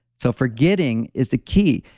so, forgetting is the key.